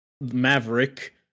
Maverick